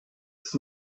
ist